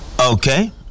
Okay